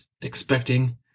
expecting